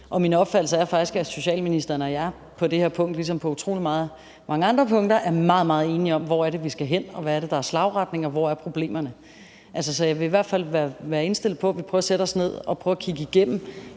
Og min opfattelse er faktisk, at socialministeren og jeg på det her punkt ligesom på utrolig mange andre punkter er meget, meget enige om, hvor vi skal hen, hvad der er slagretningen, og hvor problemerne er. Så jeg vil i hvert fald være indstillet på, at vi prøver at sætte os ned og prøver at kigge igennem,